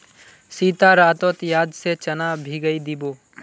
सीता रातोत याद से चना भिगइ दी बो